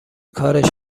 کارش